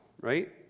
right